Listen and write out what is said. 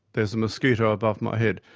there's a mosquito above my head.